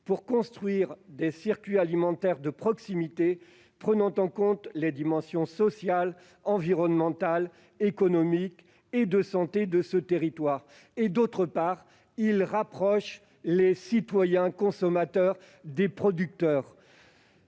de construire des circuits alimentaires de proximité prenant en compte les dimensions sociale, environnementale, économique et de santé de ce territoire. En outre, ils rapprochent les citoyens consommateurs des producteurs.